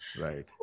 Right